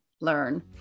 learn